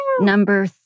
number